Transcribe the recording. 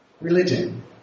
religion